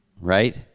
right